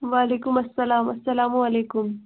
وعلیکُم سلام اَسلامُ علیکُم